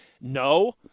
No